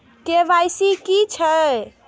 KYC की हे छे?